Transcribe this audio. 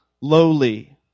lowly